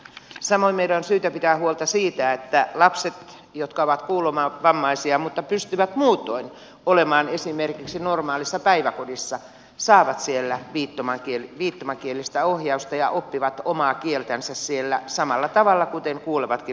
samoin meidän on syytä pitää huolta siitä että lapset jotka ovat kuulovammaisia mutta pystyvät muutoin olemaan esimerkiksi normaalissa päiväkodissa saavat siellä viittomakielistä ohjausta ja oppivat omaa kieltänsä siellä samalla tavalla kuten kuulevatkin lapset oppivat